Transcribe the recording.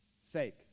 sake